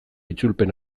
itzulpen